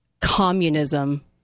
communism